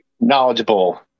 knowledgeable